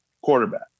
quarterback